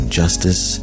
justice